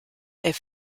est